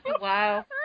Wow